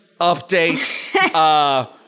update